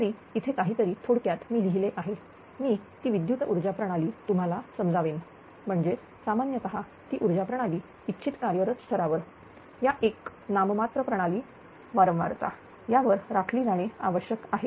तरी इथे काहीतरी थोडक्यात मी लिहिले आहे मी ती विद्युत ऊर्जा प्रणाली तुम्हाला समजावेल म्हणजेच सामान्यतः ती ऊर्जा प्रणाली इच्छित कार्यरत स्थरावर या एक नाम मात्र प्रणाली वारंवारता यावर राखली जाणे आवश्यक आहे